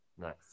Nice